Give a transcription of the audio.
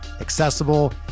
accessible